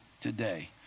today